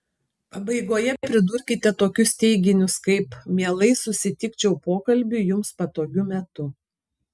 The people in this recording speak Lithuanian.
pabaigoje pridurkite tokius teiginius kaip mielai susitikčiau pokalbiui jums patogiu metu